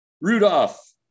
Rudolph